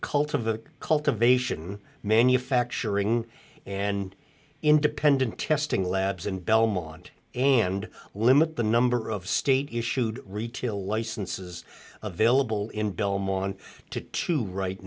of cultivation manufacturing and independent testing labs in belmont and limit the number of state issued retail licenses available in belmont to to right